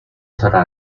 sarà